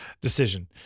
decision